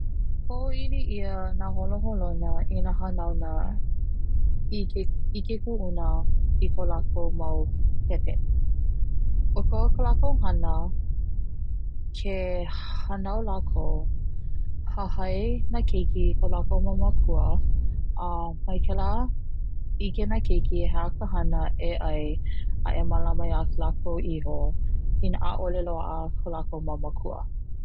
Hoʻoili ia na holoholona i na hanauna i ke ʻike kuʻuna i ko lākou mau pepe ʻokoʻa ke hānau lākou, hahai na keiki